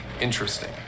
interesting